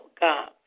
God